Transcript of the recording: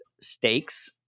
stakes